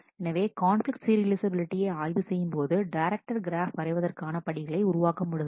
எனவே கான்பிலிக்ட் சீரியலைஃசபிலிட்டியை ஆய்வு செய்யும்போது டைரக்டட் கிராஃப் வரைவதற்கான படிகளை உருவாக்க முடிகிறது